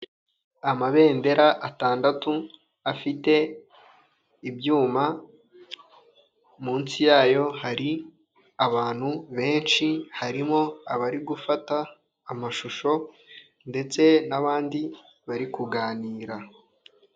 Amabendera atandatu afite ibyuma, munsi y'ayo hari abantu benshi harimo abari gufata amashusho ndetse n'abandi bari kuganira.